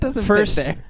first